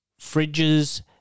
fridges